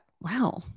wow